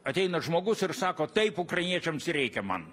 ateina žmogus ir sako taip ukrainiečiams reikia man